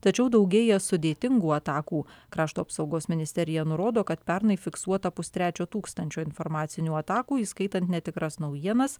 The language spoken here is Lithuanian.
tačiau daugėja sudėtingų atakų krašto apsaugos ministerija nurodo kad pernai fiksuota pustrečio tūkstančio informacinių atakų įskaitant netikras naujienas